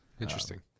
Interesting